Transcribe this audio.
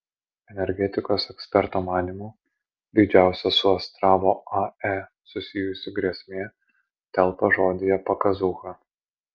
energetikos eksperto manymu didžiausia su astravo ae susijusi grėsmė telpa žodyje pakazūcha